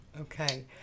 Okay